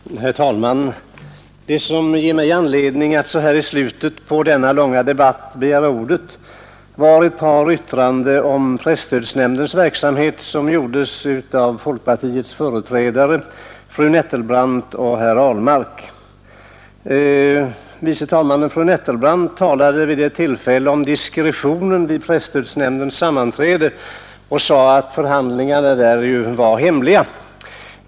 Herr talman! Det som ger mig anledning att på detta sena stadium av denna långa debatt begära ordet är ett par yttranden om presstödsnämndens verksamhet som gjordes av folkpartiets företrädare fru andre vice talmannen Nettelbrandt och herr Ahlmark. Fru Nettelbrandt talade vid ett tillfälle om diskretionen vid presstödsnämndens sammanträden och sade att förhandlingarna där ju är hemliga.